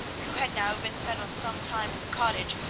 who had now been settled some time in the cottage,